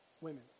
women